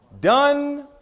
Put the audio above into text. Done